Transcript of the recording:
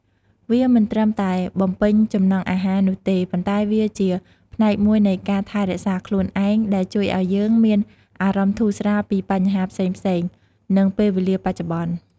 វាមិនត្រឹមតែបំពេញចំណង់អាហារនោះទេ ប៉ុន្តែវាជាផ្នែកមួយនៃការ ថែរក្សាខ្លួនឯង ដែលជួយឲ្យយើងមានអារម្មណ៍ធូរស្រាលពីបញ្ហាផ្សេងៗ នឹងពេលវេលាបច្ចុប្បន្ន។